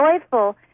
joyful